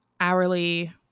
hourly